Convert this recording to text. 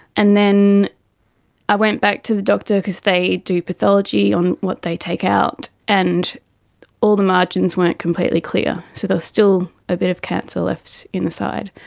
and then i went back to the doctor because they do pathology on what they take out, and all the margins weren't completely clear. so there was still a bit of cancer left in the side.